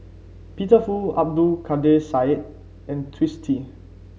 Peter Fu Abdul Kadir Syed and Twisstii